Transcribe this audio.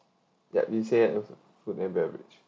yup you say that also food and beverage